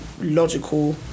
logical